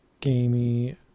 gamey